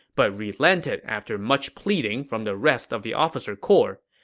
but relented after much pleading from the rest of the officer corps.